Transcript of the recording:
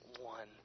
one